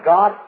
God